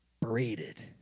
braided